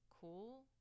cool